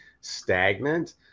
stagnant